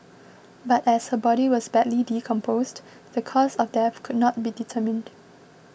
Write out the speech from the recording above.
but as her body was badly decomposed the cause of death could not be determined